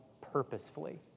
purposefully